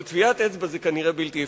אבל טביעת אצבע זה כנראה בלתי אפשרי.